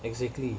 exactly